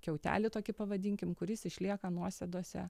kiautelį tokį pavadinkim kuris išlieka nuosėdose